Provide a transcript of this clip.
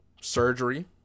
surgery